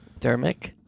Dermic